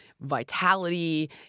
vitality